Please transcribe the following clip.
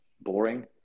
boring